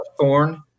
thorn